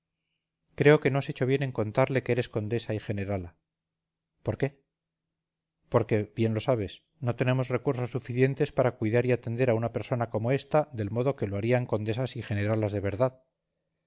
creo que no has hecho bien en contarle que eres condesa y generala por qué porque bien lo sabes no tenemos recursos suficientes para cuidar y atender a una persona como ésta del modo que lo harían condesas y generalas de verdad